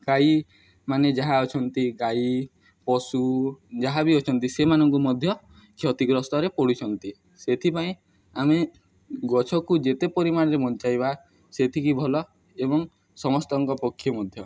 ଗାଈମାନେ ଯାହା ଅଛନ୍ତି ଗାଈ ପଶୁ ଯାହା ବି ଅଛନ୍ତି ସେମାନଙ୍କୁ ମଧ୍ୟ କ୍ଷତିଗ୍ରସ୍ତରେ ପଡ଼ୁଛନ୍ତି ସେଥିପାଇଁ ଆମେ ଗଛକୁ ଯେତେ ପରିମାଣରେ ବଞ୍ଚାଇବା ସେତିକି ଭଲ ଏବଂ ସମସ୍ତଙ୍କ ପକ୍ଷେ ମଧ୍ୟ